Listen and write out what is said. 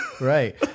Right